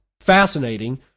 fascinating